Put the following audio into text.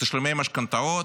תשלומי המשכנתאות,